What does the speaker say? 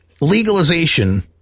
legalization